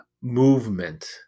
movement